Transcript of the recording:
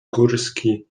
górski